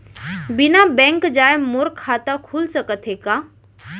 बिना बैंक जाए मोर खाता खुल सकथे का?